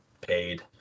paid